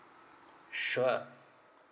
sure